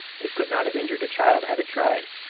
it could not have injured a child had it tried.